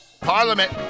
Parliament